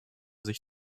sich